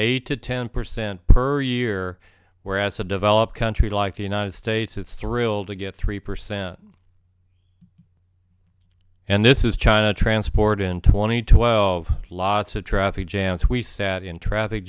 eight to ten percent per year whereas a developed country like the united states it's thrilled to get three percent and this is china transport in twenty two wild lots of traffic jams we sat in traffic